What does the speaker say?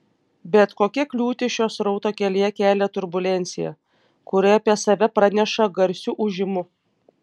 bet kokia kliūtis šio srauto kelyje kelia turbulenciją kuri apie save praneša garsiu ūžimu